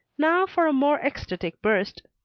now for a more ecstatic burst.